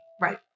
Right